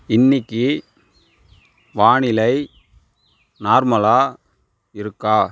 இன்னிக்கு வானிலை நார்மலாக இருக்கா